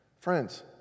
Friends